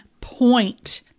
point